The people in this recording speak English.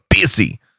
busy